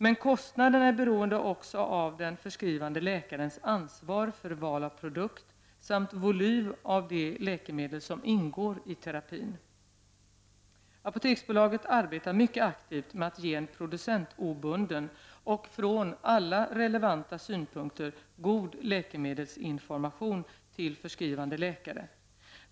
Men kostnaderna är beroende också av den förskrivande läkarens ansvar för val av produkt samt volym av det läkemedel som ingår i terapir.. Apoteksbolaget arbetar mycket aktivt med att ge en producentobunden och från alla relevanta synpunkter god läkemedelsinformation till förskrivande läkare.